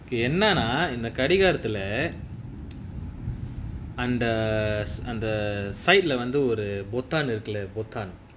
okay என்னனா இந்த கடிகாரத்துல:ennanaa intha kadikaarathula அந்த:antha s~ அந்த:antha side lah வந்து ஒரு பொத்தான் இருக்குல பொத்தான்:vanthu oru bothaan irukula bothaan